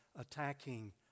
attacking